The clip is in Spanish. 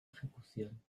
ejecución